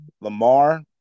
Lamar